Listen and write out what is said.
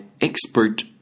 expert